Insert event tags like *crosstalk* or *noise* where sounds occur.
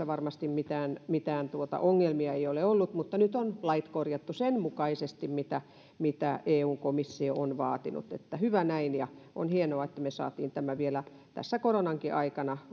*unintelligible* varmasti mitään mitään ongelmia ei ole ollut mutta nyt on lait korjattu sen mukaisesti mitä mitä eun komissio on vaatinut hyvä näin ja on hienoa että me saimme tämän eteenpäin vielä tässä koronankin aikana